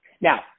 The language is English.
Now